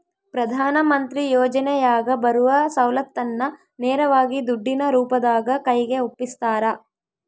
ಪ್ರಧಾನ ಮಂತ್ರಿ ಯೋಜನೆಯಾಗ ಬರುವ ಸೌಲತ್ತನ್ನ ನೇರವಾಗಿ ದುಡ್ಡಿನ ರೂಪದಾಗ ಕೈಗೆ ಒಪ್ಪಿಸ್ತಾರ?